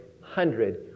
hundred